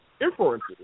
inferences